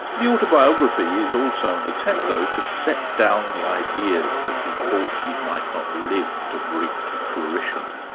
the autobiography is also an attempt though to set down the ideas that he thought he might not live to bring to fruition.